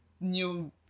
new